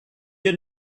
had